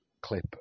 clip